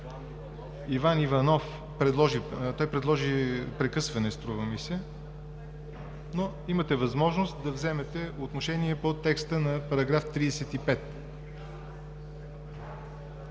Иван Иванов предложи прекъсване, струва ми се. Имате възможност да вземете отношение по текста на § 35.